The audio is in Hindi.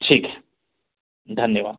ठीक है धन्यवाद